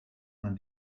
man